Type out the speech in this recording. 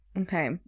Okay